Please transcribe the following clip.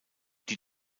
die